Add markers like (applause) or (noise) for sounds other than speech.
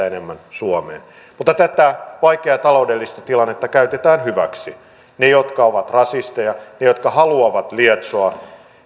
(unintelligible) enemmän suomeen mutta tätä vaikeaa taloudellista tilannetta käytetään hyväksi ne jotka ovat rasisteja ne jotka haluavat lietsoa